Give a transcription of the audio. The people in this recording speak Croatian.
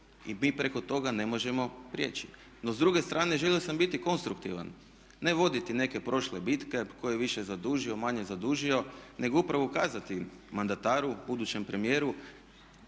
i mi preko toga ne možemo prijeći. No, s druge strane želio sam biti konstruktivan, ne voditi neke prošle bitke tko je više zadužio, manje zadužio, nego upravo ukazati mandataru, budućem premijeru